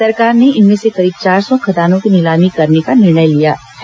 सरकार ने इनमें से करीब चार सौ खदानों की नीलामी करने का निर्णय लिया गया है